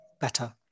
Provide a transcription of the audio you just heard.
better